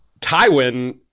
Tywin